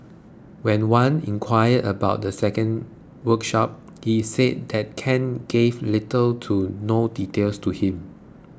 when Wan inquired about the second workshop he said that Ken gave little to no details to him